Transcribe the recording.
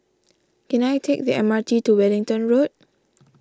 can I take the M R T to Wellington Road